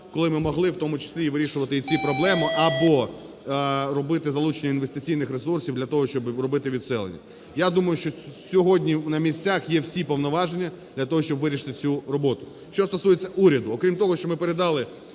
коли ми могли, в тому числі і вирішувати і ці проблеми або робити залучення інвестиційних ресурсів для того, щоб робити відселення. Я думаю, що сьогодні на місцях є всі повноваження для того, щоб вирішити цю роботу. Що стосується уряду, окрім того, що ми передали